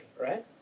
right